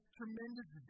tremendous